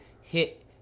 hit